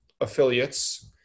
affiliates